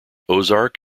ozark